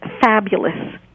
fabulous